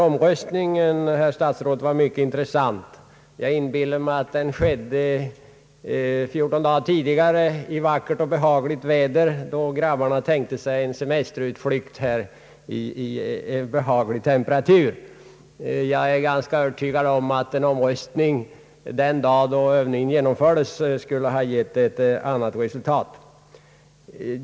Omröstningen var mycket intressant. Jag föreställer mig att den skedde fjorton dagar tidigare i vackert väder, då grabbarna tänkte sig en semesterutflykt i behaglig temperatur. Jag är ganska säker på att en omröstning den dag övningen genomfördes skulle ha gett ett annat resultat.